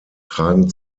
tragen